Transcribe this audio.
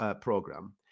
program